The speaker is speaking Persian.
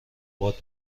باد